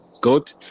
good